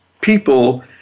people